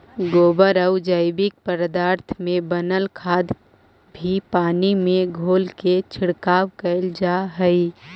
गोबरआउ जैविक पदार्थ से बनल खाद भी पानी में घोलके छिड़काव कैल जा हई